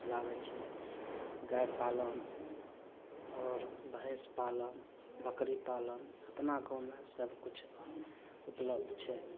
खिलाबै छै गाइ पालन आओर भैँस पालन बकरी पालन एतना गाममे सबकिछु उपलब्ध छै